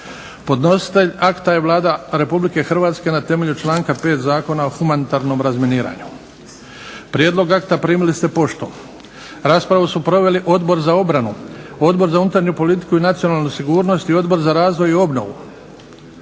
Podnositelj akta je Vlada RH na temelju članka 5. Zakona o humanitarnom razminiranju. Prijedlog akta primili ste poštom. Raspravu su proveli Odbor za obranu, Odbor za unutarnju politiku i nacionalnu sigurnost i Odbor za razvoj i obnovu.